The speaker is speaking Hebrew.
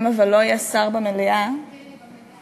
אם אבל לא יהיה שר במליאה, כן, אני במליאה.